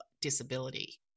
disability